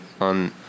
on